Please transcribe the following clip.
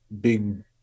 big